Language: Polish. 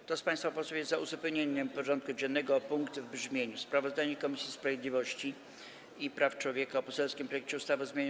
Kto z państwa posłów jest za uzupełnieniem porządku dziennego o punkt w brzmieniu: Sprawozdanie Komisji Sprawiedliwości i Praw Człowieka o poselskim projekcie ustawy o zmianie